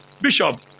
Bishop